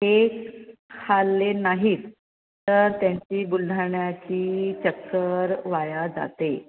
हे खाल्ले नाहीत तर त्यांची बुलढाण्याची चक्कर वाया जाते